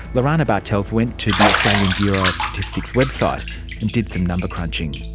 lorana bartels went to the australian bureau of statistics website and did some number-crunching.